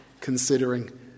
considering